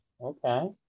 okay